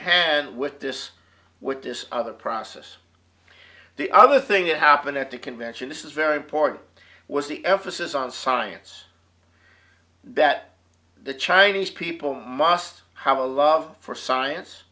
hand with this with this other process the other thing that happened at the convention this is very important was the emphasis on science that the chinese people must have a love for science